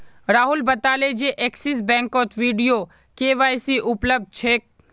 राहुल बताले जे एक्सिस बैंकत वीडियो के.वाई.सी उपलब्ध छेक